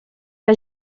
que